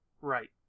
Right